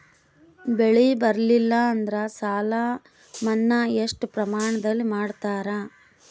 ಬೆಳಿ ಬರಲ್ಲಿ ಎಂದರ ಸಾಲ ಮನ್ನಾ ಎಷ್ಟು ಪ್ರಮಾಣದಲ್ಲಿ ಮಾಡತಾರ?